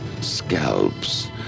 Scalps